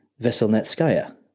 Veselnetskaya